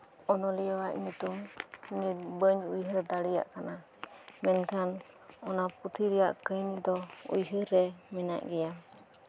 ᱚᱱᱚᱞᱤᱭᱟᱹ ᱟᱜ ᱧᱩᱛᱩᱢ ᱱᱤᱛ ᱵᱟᱹᱧ ᱩᱭᱦᱟᱹᱨ ᱫᱟᱲᱮᱭᱟᱜ ᱠᱟᱱᱟ ᱢᱮᱱᱠᱷᱟᱱ ᱚᱱᱟ ᱯᱩᱛᱷᱤ ᱨᱮᱭᱟᱜ ᱠᱟᱹᱦᱱᱤ ᱫᱚ ᱩᱭᱦᱟᱹᱨ ᱨᱮ ᱢᱮᱱᱟᱜ ᱜᱮᱭᱟ